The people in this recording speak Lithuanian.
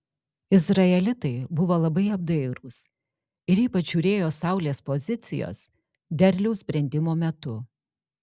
izraelitai buvo labai apdairūs ir ypač žiūrėjo saulės pozicijos derliaus brendimo metu